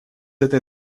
этой